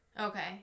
Okay